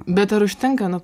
bet ar užtenka nu